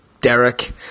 Derek